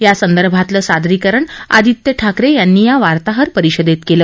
यासंदर्भातलं सादरीकरण आदित्य ठाकरे यांनी या वार्ताहरपरिषदेत केलं